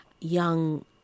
young